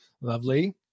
Lovely